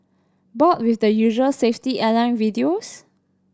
bored with the usual safety airline videos